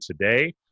today